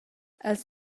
els